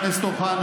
חבר הכנסת אוחנה,